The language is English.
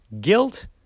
guilt